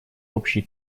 общей